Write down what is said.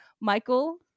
michael